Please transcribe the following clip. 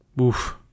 Oof